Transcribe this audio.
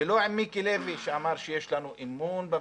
ולא עם מיקי לוי שאמר שיש לנו אמון במשטרה.